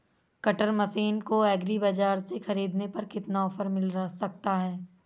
Cutter machine को agri बाजार से ख़रीदने पर कितना ऑफर मिल सकता है?